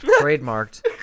trademarked